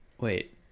wait